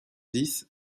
dix